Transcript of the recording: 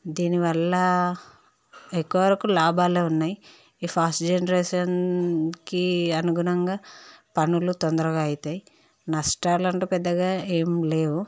దీని వల్ల ఎక్కువవరకు లాభాలు ఉన్నాయి ఈ ఫాస్ట్ జనరేషన్కి అనుగుణంగా పనులు తొందరగా అవుతాయి నష్టాలు అంటు పెద్దగా ఏమి లేవు